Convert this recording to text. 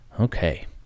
Okay